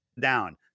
down